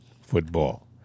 football